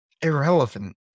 irrelevant